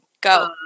Go